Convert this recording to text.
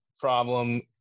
problem